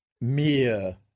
Mere